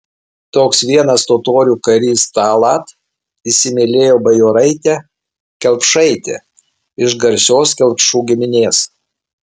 toks vienas totorių karys tallat įsimylėjo bajoraitę kelpšaitę iš garsios kelpšų giminės